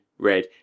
Red